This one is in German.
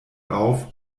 auf